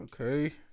Okay